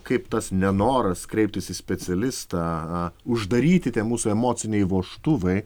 kaip tas nenoras kreiptis į specialistą uždaryti tie mūsų emociniai vožtuvai